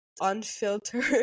unfiltered